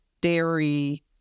dairy